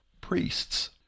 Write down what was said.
priests